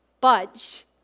budge